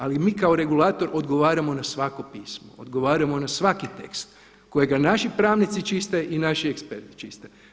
Ali mi kao regulator odgovaramo na svako pismo, odgovaramo na svaki tekst kojega naši pravnici čiste i naši eksperti čiste.